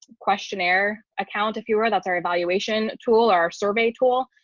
questionnaire account. if you are, that's our evaluation tool or survey tool.